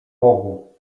bogu